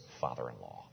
father-in-law